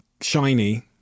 shiny